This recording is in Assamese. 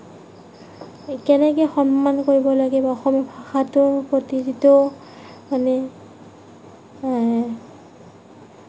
কেনেকৈ সন্মান কৰিব লাগে অসমীয়া ভাষাটোৰ প্ৰতি যিটো মানে